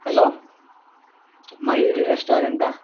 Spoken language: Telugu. హలో మయూరి రెస్టారెంటా